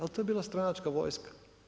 Al to je bila stranačka vojska.